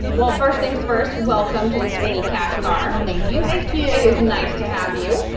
well first things first welcome to the swinging cash car. thank you. thank you. it is nice to have you.